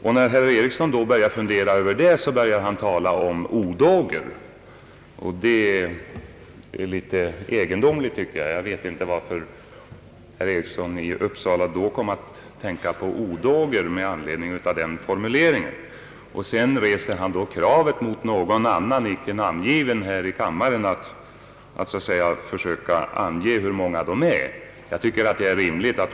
När då herr Eriksson funderar över detta börjar han tala om odågor, och det finner jag litet egendomligt — jag vet inte varför han med anledning av min formulering kom att tänka på odågor. Och sedan reser han kravet mot någon icke namngiven ledamot av kammaren att försöka ange hur många de är.